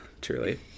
truly